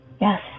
yes